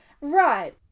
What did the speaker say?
Right